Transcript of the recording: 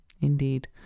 Indeed